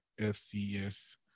FCS